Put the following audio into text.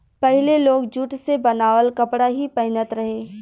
पहिले लोग जुट से बनावल कपड़ा ही पहिनत रहे